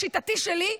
בשיטתי שלי,